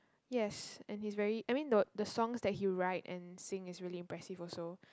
yes and he's very I mean the the songs that he write and sing is really impressive also